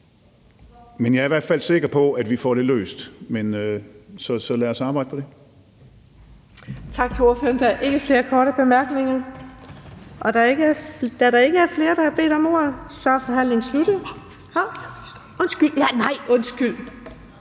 det. Jeg er i hvert fald sikker på, at vi får det løst, så lad os samarbejde om det.